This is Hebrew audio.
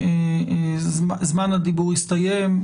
זמן הדיבור הסתיים.